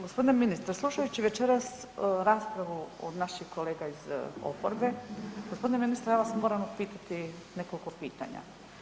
Gospodine ministre slušajući večeras raspravu od naših kolega iz oporbe, gospodine ministre ja vas moram upitati nekoliko pitanja.